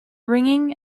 ringing